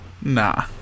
Nah